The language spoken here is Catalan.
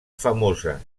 famosa